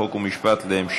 חוק ומשפט נתקבלה.